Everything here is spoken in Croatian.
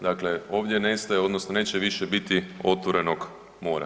Dakle ovdje ne staje odnosno neće više biti otvorenog mora.